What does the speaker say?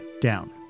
down